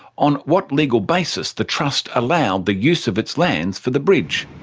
on what legal basis the trust allowed the use of its lands for the bridge.